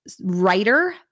writer